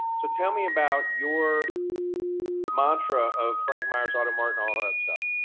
so tell me about your mantra of frank myers auto maxx and all that stuff.